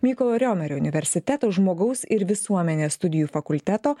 mykolo riomerio universiteto žmogaus ir visuomenės studijų fakulteto